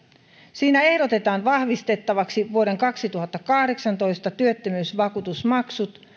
siinä ehdotetaan vahvistettavaksi vuoden kaksituhattakahdeksantoista työttömyysvakuutusmaksut